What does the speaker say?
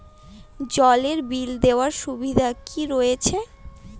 জলের বিল দেওয়ার সুবিধা কি রয়েছে?